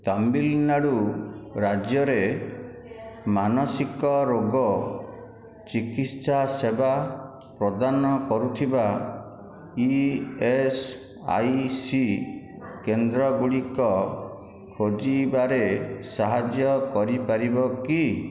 ତାମିଲନାଡୁ ରାଜ୍ୟରେ ମାନସିକ ରୋଗ ଚିକିତ୍ସା ସେବା ପ୍ରଦାନ କରୁଥିବା ଇଏସ୍ଆଇସି କେନ୍ଦ୍ରଗୁଡ଼ିକ ଖୋଜିବାରେ ସାହାଯ୍ୟ କରିପାରିବ କି